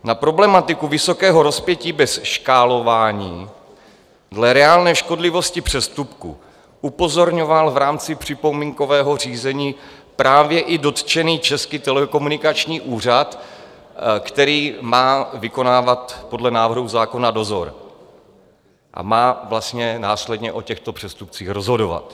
Na problematiku vysokého rozpětí bez škálování dle reálné škodlivosti přestupku upozorňoval v rámci připomínkového řízení právě i dotčený Český telekomunikační úřad, který má vykonávat podle návrhu zákona dozor a má následně o těchto přestupcích rozhodovat.